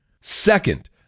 Second